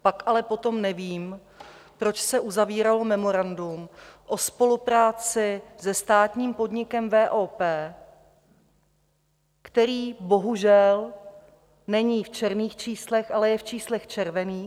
Pak ale potom nevím, proč se uzavíralo memorandum o spolupráci se státním podnikem VOP, který bohužel není v černých číslech, ale je v číslech červených.